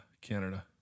Canada